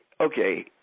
okay